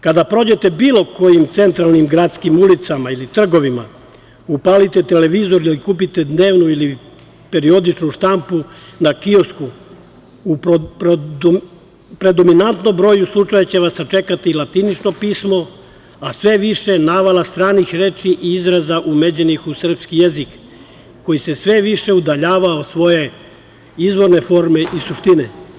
Kada prođete bilo kojim centralnim gradskim ulicama ili trgovima, upalite televizor ili kupite dnevnu ili periodičnu štampu na kiosku, u predominantnom broju slučajeva će vas sačekati latinično pismo, a sve više navala stranih reči i izraza uvedenih u srpski jezik, koji se sve više udaljava od svoje izvorne forme i suštine.